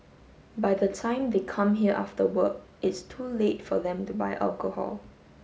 by the time they come here after work it's too late for them to buy alcohol